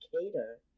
Cater